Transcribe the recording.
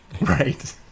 right